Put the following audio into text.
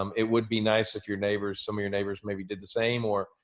um it would be nice if your neighbors some of your neighbors maybe did the same or,